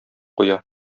куя